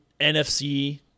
NFC